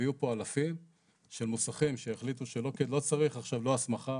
ויהיו פה אלפים של מוסכים שיחליטו שלא צריך עכשיו לא הסמכה